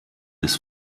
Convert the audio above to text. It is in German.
des